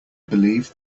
believe